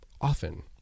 often